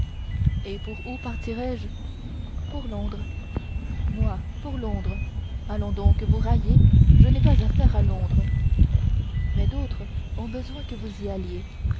et pour où partirai je pour londres moi pour londres allons donc vous raillez je n'ai pas affaire à londres mais d'autres ont besoin que vous y alliez